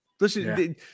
Listen